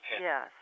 Yes